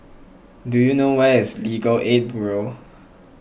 do you know where is Legal Aid Bureau